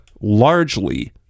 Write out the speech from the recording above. largely